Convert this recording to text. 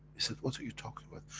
he said what are you talking about?